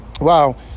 wow